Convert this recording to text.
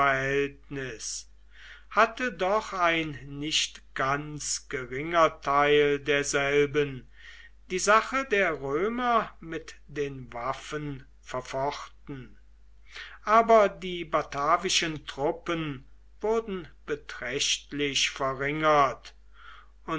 hatte doch ein nicht ganz geringer teil derselben die sache der römer mit den waffen verfochten aber die batavischen truppen wurden beträchtlich verringert